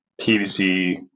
PVC